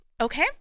Okay